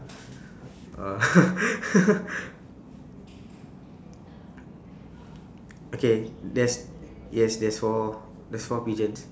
orh okay there's yes there's four more there's four pigeons